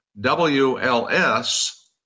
WLS